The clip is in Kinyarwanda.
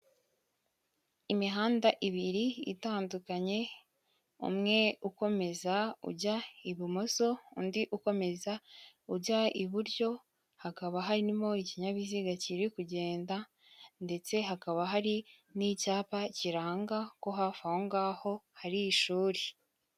Imihanda ibiri itandukanye umwe ukomeza ujya ibumoso undi ukomeza ujya iburyo hakaba harimo ikinyabiziga kiri kugenda ndetse hakaba hari n'icyapa kiranga ko hafi aho ngaho hari ishuri.